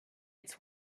its